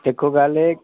दिक्खो गल्ल एह्